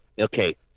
okay